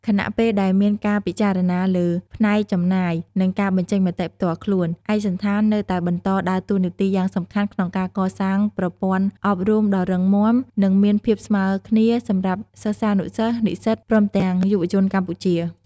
ខណៈពេលដែលមានការពិចារណាលើផ្នែកចំណាយ និងការបញ្ចេញមតិផ្ទាល់ខ្លួន ឯកសណ្ឋាននៅតែបន្តដើរតួនាទីយ៉ាងសំខាន់ក្នុងការកសាងប្រព័ន្ធអប់រំដ៏រឹងមាំ និងមានភាពស្មើគ្នាសម្រាប់សិស្សានិសិស្ស និស្សិត ព្រមទាំងយុវជនកម្ពុជា។